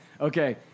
okay